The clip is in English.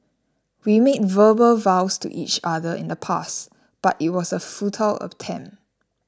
we made verbal vows to each other in the past but it was a futile attempt